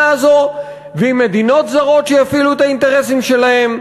הזאת ועם מדינות זרות שיפעילו את האינטרסים שלהן.